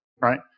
right